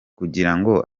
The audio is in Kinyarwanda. kugirango